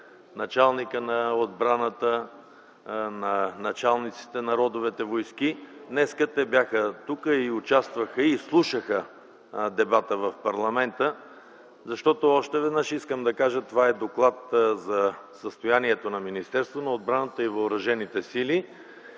началника на отбраната, началниците на родовите войски, днес те бяха тук, участваха и слушаха дебата в парламента. Защото още веднъж ще кажа, че това е Доклад за състоянието на Министерството на отбраната и въоръжените сили.